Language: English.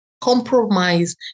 Compromise